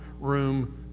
room